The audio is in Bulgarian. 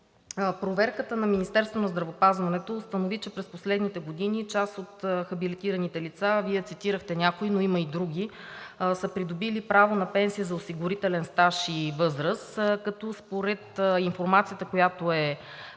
здравеопазването установи, че през последните години част от хабилитираните лица, Вие цитирахте някои, но има и други, са придобили право на пенсия за осигурителен стаж и възраст, като според информацията, която е